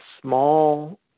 small